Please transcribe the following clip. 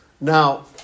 Now